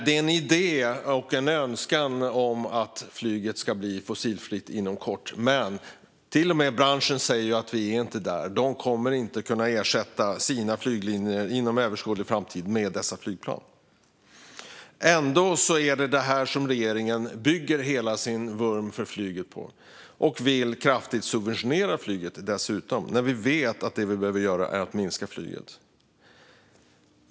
Det är en idé och en önskan om att flyget ska bli fossilfritt inom kort, men till och med branschen säger ju att de inte är där. De kommer inte att kunna ersätta sina flyglinjer med dessa flygplan inom överskådlig framtid. Ändå är det detta som regeringen bygger hela sin vurm för flyget på. Man vill dessutom kraftigt subventionera flyget, när vi vet att det vi behöver göra är att minska flygandet.